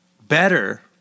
Better